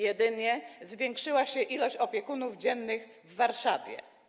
Jedynie zwiększyła się ilość opiekunów dziennych w Warszawie.